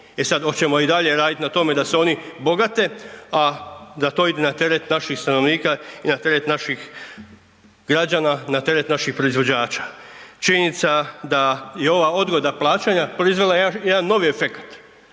sad hoćemo i dalje radit na tome da se oni bogate, a da to ide na teret naših stanovnika i na teret naših građana, na teret naših proizvođača. Činjenica da je ova odgoda plaćanja proizvela jedan novi efekat